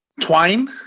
twine